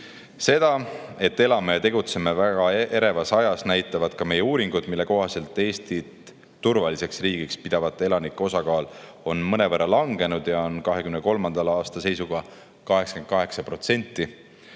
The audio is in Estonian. Seda, et me elame ja tegutseme väga äreval ajal, näitavad ka meie uuringud, mille kohaselt Eestit turvaliseks riigiks pidavate elanike osakaal on mõnevõrra langenud ja oli 2023. aasta seisuga 88%.